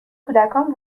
کودکان